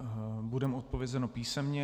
Bude mu odpovězeno písemně.